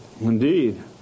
Indeed